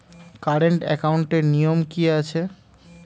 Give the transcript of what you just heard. Current একাউন্টের নিয়ম কী আছে?